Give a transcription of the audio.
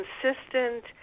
consistent